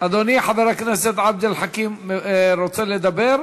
אדוני חבר הכנסת עבד אל חכים רוצה לדבר?